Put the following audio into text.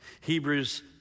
Hebrews